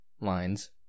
lines